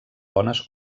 bones